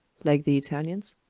like the italians,